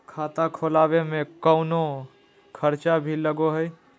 खाता खोलावे में कौनो खर्चा भी लगो है?